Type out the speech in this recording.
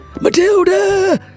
Matilda